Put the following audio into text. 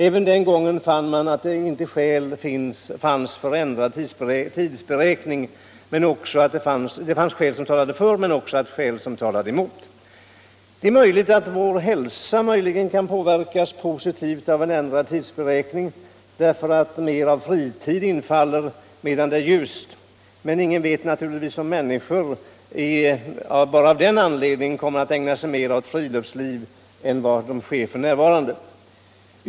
Även den gången fann man att det finns skäl som talar för en ändrad tidsberäkning men också skäl som talar emot. Det är möjligt att vår hälsa påverkas positivt av en ändrad tidsberäkning därför att mer av vår fritid infaller medan det är ljust. Men ingen vet naturligtvis om människor bara av den anledningen kommer att ägna sig mer åt friluftsliv än vad som sker f. n.